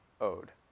owed